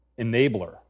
enabler